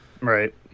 Right